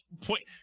point